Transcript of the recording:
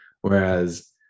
whereas